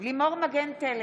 לימור מגן תלם,